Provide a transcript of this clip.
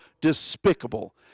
despicable